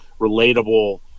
relatable